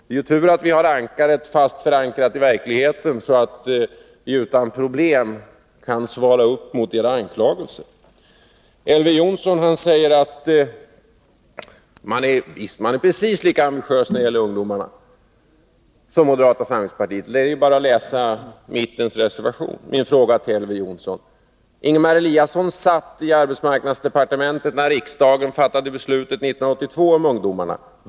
Det är tur att vi har ankaret fast förankrat i verkligheten så att vi utan problem kan svara upp mot era anklagelser. Elver Jonsson sade att mittenpartierna är lika ambitiösa när det gäller ungdomarna som moderata samlingspartiet — det är bara att läsa mittens reservation! Då är min fråga till Elver Jonsson: Ingemar Eliasson var arbetsmarknadsminister när riksdagen våren 1982 fattade beslutet om ungdomarna.